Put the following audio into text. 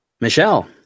Michelle